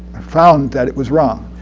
found that it was wrong,